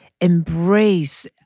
embrace